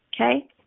okay